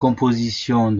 compositions